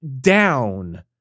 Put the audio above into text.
down